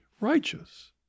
righteous